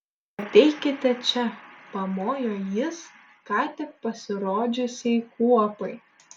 ateikite čia pamojo jis ką tik pasirodžiusiai kuopai